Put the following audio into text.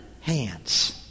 hands